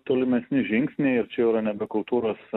tolimesni žingsniai ir čia jau yra nebe kultūros